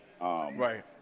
Right